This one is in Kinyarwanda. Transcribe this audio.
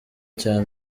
cya